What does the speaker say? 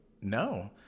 No